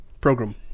Program